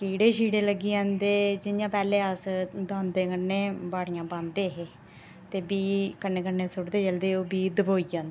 कीड़े शीड़े लग्गी जंदे जियां पैहले अस दांदें कन्नै बाड़ियां बाह्ंदे हे ते बी कन्नै कन्नै सुट्टदे जेल्लै ते ओह् बी दबोई जंदा हा